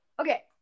Okay